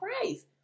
Christ